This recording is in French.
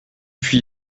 puy